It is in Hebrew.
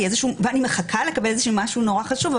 ואני מחכה לקבל איזשהו משהו נורא חשוב,